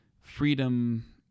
freedom